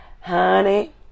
honey